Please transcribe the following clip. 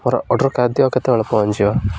ମୋର ଅର୍ଡ଼ର କାଦିଅ କେତେବେଳେ ପହଞ୍ଚଯିବ